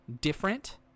different